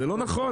זה לא נכון.